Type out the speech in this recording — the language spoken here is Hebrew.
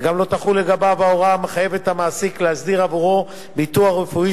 וגם לא תחול לגביו ההוראה המחייבת את המעסיק להסדיר עבורו ביטוח רפואי,